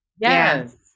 Yes